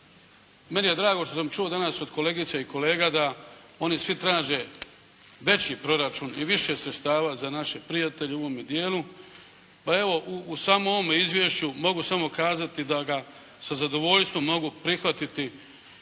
Meni je drago što sam čuo danas od kolegica i kolega da oni svi traže veći proračun i više sredstava za naše prijatelje u ovome dijelu. Pa evo u samo ovom izvješću mogu samo kazati da ga sa zadovoljstvom mogu prihvatiti